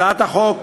הצעת חוק